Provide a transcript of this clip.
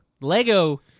Lego